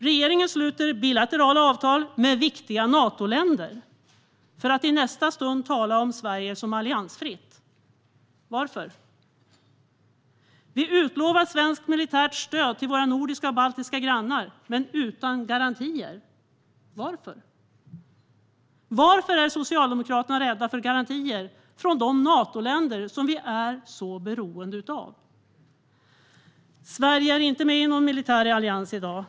Regeringen sluter bilaterala avtal med viktiga Natoländer för att i nästa stund tala om Sverige som alliansfritt. Varför? Vi utlovar svenskt militärt stöd till våra nordiska och baltiska grannar men utan garantier. Varför? Varför är Socialdemokraterna rädda för garantier från de Natoländer som vi är så beroende av? Sverige är inte med i någon militär allians i dag.